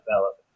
develop